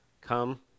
come